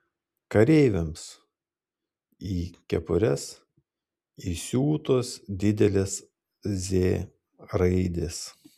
kareiviams į kepures įsiūtos didelės z raidės